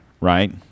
right